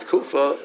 Kufa